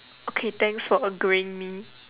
okay thanks for agreeing me